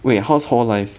wait how's hall life